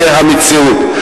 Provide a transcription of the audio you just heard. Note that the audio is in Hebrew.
זו המציאות.